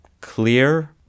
clear